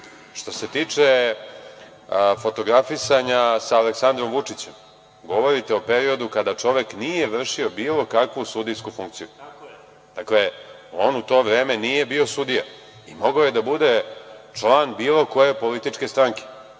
se tiče fotografisanja sa Aleksandrom Vučićem, govorite o periodu kada čovek nije vršio bilo kakvu sudijsku funkciju. Dakle, on u to vreme nije bio sudija i mogao je da bude član bilo koje političke stranke.